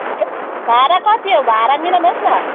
गा भाडा कति हो भाडा मिलाउनु होस् न